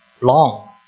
long